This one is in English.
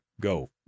go